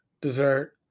dessert